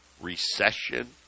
recession